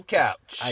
couch